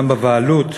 גם בבעלות,